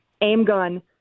aim-gun